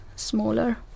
smaller